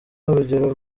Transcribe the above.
urugero